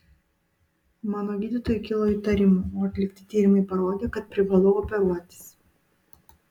mano gydytojai kilo įtarimų o atlikti tyrimai parodė kad privalau operuotis